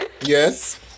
Yes